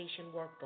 Workbook